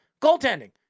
Goaltending